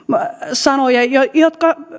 sanoja jotka